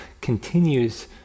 continues